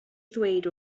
ddweud